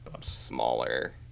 smaller